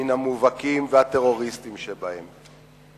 מן המובהקים והטרוריסטים שבהם.